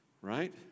right